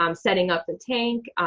um setting up the tank,